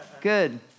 good